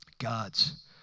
God's